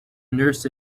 nurse